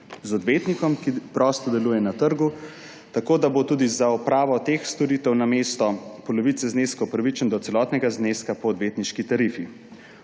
z odvetnikom, ki prosto deluje na trgu, tako, da bo tudi za opravo teh storitev namesto polovice zneska upravičen do celotnega zneska po odvetniški tarifi.